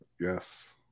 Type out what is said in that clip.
yes